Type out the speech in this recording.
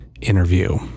interview